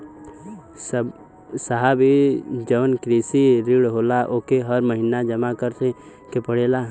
साहब ई जवन कृषि ऋण होला ओके हर महिना जमा करे के पणेला का?